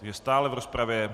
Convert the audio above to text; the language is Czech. Je stále v rozpravě.